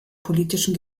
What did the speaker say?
politischen